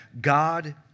God